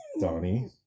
Donnie